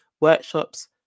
workshops